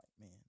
man